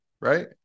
right